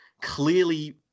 clearly